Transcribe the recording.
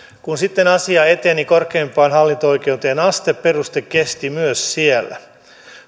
kun sitten asia eteni korkeimpaan hallinto oikeuteen asti peruste kesti myös siellä